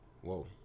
Whoa